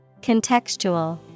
Contextual